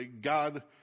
God